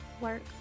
work